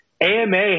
AMA